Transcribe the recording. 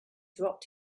dropped